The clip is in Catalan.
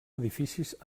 edificis